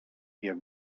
jak